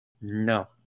no